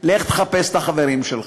לך תחפש את החברים שלך.